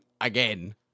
again